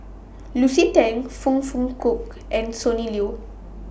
Lucy Tan Foong Fook Kay and Sonny Liew